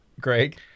Greg